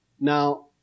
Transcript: Now